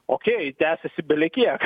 okei tęsiasi belekiek